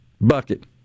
bucket